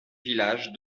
village